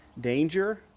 danger